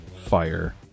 fire